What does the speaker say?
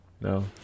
no